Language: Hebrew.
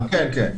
לכולם, כן.